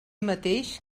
mateix